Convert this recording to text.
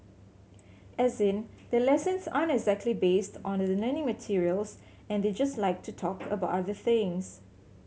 as in their lessons aren't exactly based on the learning materials and they just like to talk about other things